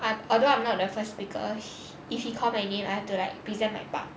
like although I'm not the first speaker if he call my name I have to like present my part